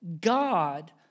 God